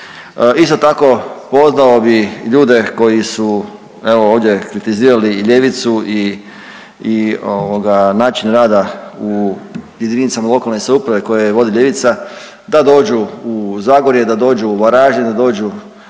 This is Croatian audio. Isto tako pozvao bih ljude koji su evo ovdje kritizirali i ljevicu i način rada u jedinicama lokalne samouprave koju vodi ljevica da dođu u Zagorje, da dođu u Varaždin, da dođu